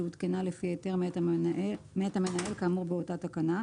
שהותקנה לפי היתר מאת המנהל כאמור באותה תקנה,